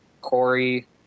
Corey